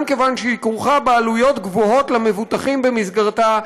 וגם כיוון שהיא כרוכה בעלויות גבוהות למבוטחים במסגרתה,